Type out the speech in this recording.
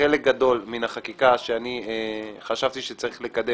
חלק גדול מן החקיקה שחשבתי שצריך לקדם